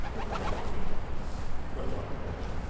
replied the queen but what of that